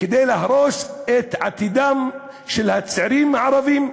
להרוס את עתידם של הצעירים הערבים,